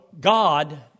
God